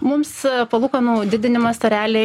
mums palūkanų didinimas realiai